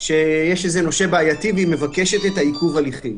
שיש לה נושה בעייתי והיא מבקשת את עיכוב ההליכים.